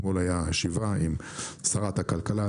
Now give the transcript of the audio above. אתמול הייתה ישיבה עם שרת הכלכלה,